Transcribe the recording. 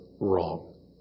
wrong